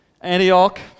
Antioch